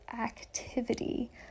activity